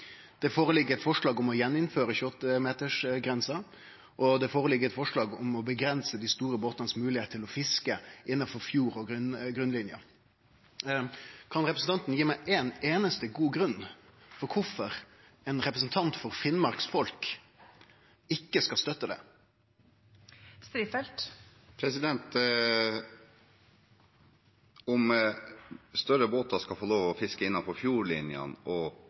Det ligg føre eit forslag om å innføre 28-metersgrensa igjen, og det ligg føre eit forslag om å avgrense moglegheita for dei store båtane til å fiske innanfor fjord- og grunnlinja. Kan representanten gi meg ein einaste god grunn til at ein representant for Finnmarks folk ikkje skal støtte det? Om større båter skal få lov til å fiske innenfor fjordlinjene og